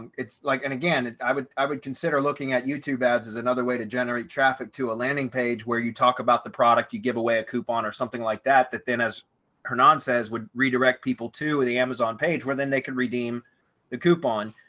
it's like, and again, and i would i would consider looking at youtube ads is another way to generate traffic to a landing page where you talk about the product, you give away a coupon or something like that, that then as hernan says would redirect people to the amazon page where then they can redeem the coupon,